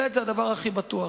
flat זה הדבר הכי בטוח.